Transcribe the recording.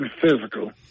physical